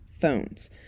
phones